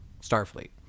Starfleet